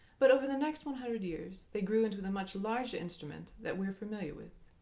but over the next one hundred years they grew into the much larger instrument that we're familiar with.